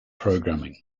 programming